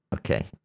Okay